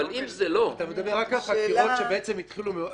אבל אם זה לא --- אתה מדבר על חקירות שהתחילו מאוחר מאוד.